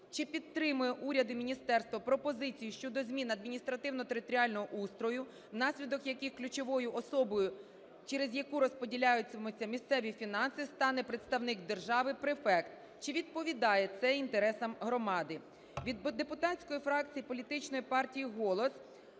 чи підтримує уряд і міністерство пропозицію щодо змін адміністративно-територіального устрою, внаслідок яких ключовою особою, через яку розподіляються місцеві фінанси, стане представник держави префект; чи відповідає це інтересам громади? Від депутатської фракції політичної партії "Голос"